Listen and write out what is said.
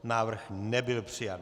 Návrh nebyl přijat.